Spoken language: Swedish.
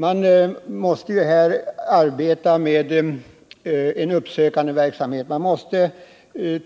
Man måste här arbeta med uppsökande verksamhet. Man måste